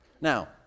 Now